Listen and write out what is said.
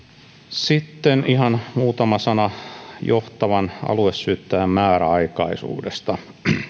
sitten ihan muutama sana johtavan aluesyyttäjän määräaikaisuudesta